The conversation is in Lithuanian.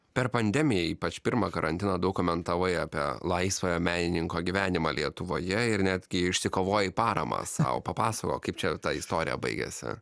per pandemiją ypač pirmą karantiną daug komentavai apie laisvojo menininko gyvenimą lietuvoje ir netgi išsikovojai paramą sau papasakok kaip čia ta istorija baigėsi